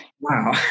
wow